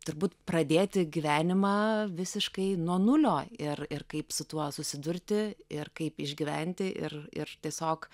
turbūt pradėti gyvenimą visiškai nuo nulio ir ir kaip su tuo susidurti ir kaip išgyventi ir ir tiesiog